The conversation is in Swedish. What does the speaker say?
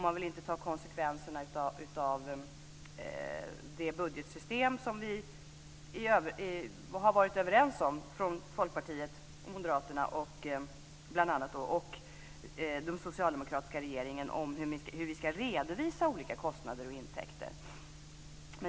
Man vill inte heller ta konsekvenserna av det budgetsystem vi har varit överens om. Folkpartiet och bl.a. Moderaterna och den socialdemokratiska regeringen har varit överens om hur vi ska redovisa olika kostnader och intäkter.